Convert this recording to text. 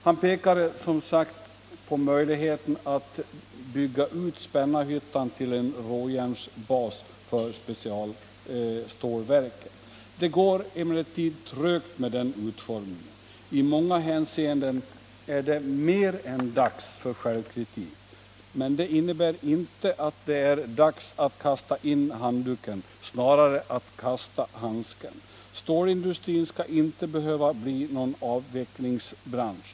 Han pekade som sagt på möjligheterna att bygga ut Spännarhyttan till en råjärnsbas för specialstålverken. Det går emellertid trögt med den utformningen. I många hänseenden är det mer än dags för självkritik. Men det innebär inte att det är dags att kasta in handduken, snarare att kasta handsken. Stålindustrin skall inte behöva bli någon avvecklingsbransch.